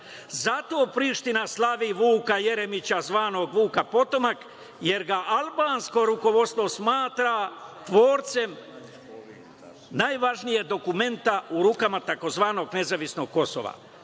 Zato Priština slavi Vuka Jeremića zvanog „Vuk potomak“ jer ga albansko rukovodstvo smatra tvorcem najvažnijeg dokumenta u rukama tzv. „nezavisnog